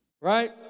Right